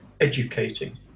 educating